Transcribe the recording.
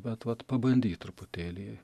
bet vat pabandyt truputėlį